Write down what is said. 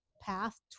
path